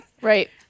right